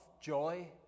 joy